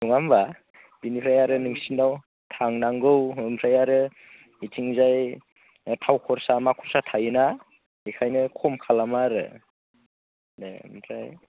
नङा होमबा बिनिफ्राय आरो नोंसोरनाव थांनांगौ ओमफ्राय आरो इथिंजाय थाव खरसा मा खरसा थायोना ओंखायनो खम खालामा आरो ओमफ्राय